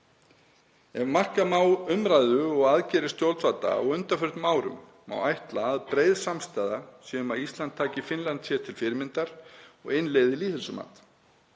Ef marka má umræðu og aðgerðir stjórnvalda á undanförnum árum má ætla að breið samstaða sé um að Ísland taki Finnland sér til fyrirmyndar og innleiði lýðheilsumat.